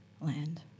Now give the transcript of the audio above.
land